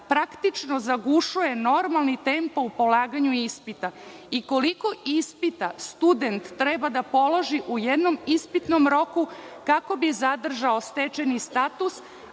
praktično zagušuje normalni tempo u polaganju ispita i koliko ispita student treba da položi u jednom ispitnom roku kako bi zadržao stečeni status,